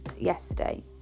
yesterday